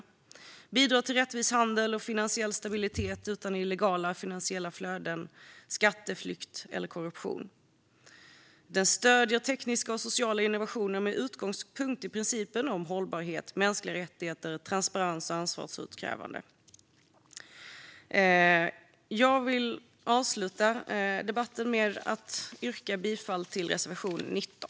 Den bidrar till rättvis handel och finansiell stabilitet utan illegala finansiella flöden, skatteflykt eller korruption. Den stöder tekniska och sociala innovationer med utgångspunkt i principen om hållbarhet, mänskliga rättigheter, transparens och ansvarsutkrävande. Jag vill avsluta med att yrka bifall till reservation 19.